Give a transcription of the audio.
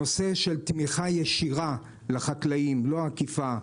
נושא של תמיכה ישירה לחקלאים, לא עקיפה,